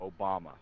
Obama